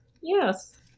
Yes